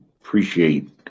appreciate